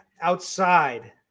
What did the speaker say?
outside